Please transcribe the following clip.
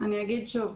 אני אגיד שוב,